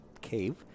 cave